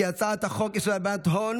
כי הצעת חוק איסור הלבנת הון